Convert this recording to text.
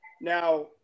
Now